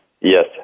yes